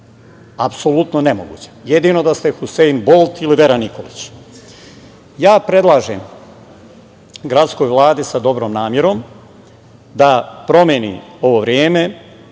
apsolutno nemoguća. Jedino da ste Husein Bolt ili Vera Nikolić. Ja predlažem gradskoj Vladi sa dobrom namerom da promeni ovo vreme,